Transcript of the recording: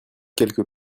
quelque